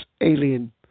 alien